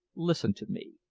listen to me.